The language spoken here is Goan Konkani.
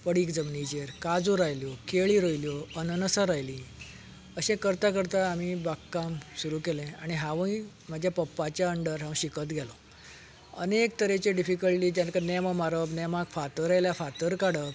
पडींग जमनीचेर काजू रोयल्यो केळी रोयल्यो अननसां रोयलीं अशें करता करता आमी बाग काम सुरू केलें आनी हांवूय म्हज्या पप्पाच्या अंडर हांव शिकत गेलों अनेक तरेचें डिफीक्लटी जेनका नेमा मारप नेमाक फातर आयल्यार फातर काडप